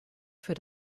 für